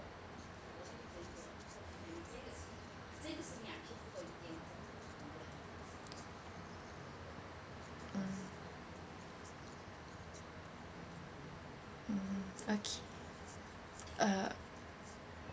mm mmhmm okay uh